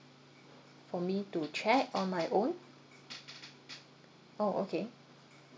for me to check on my own orh okay